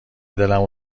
دلمو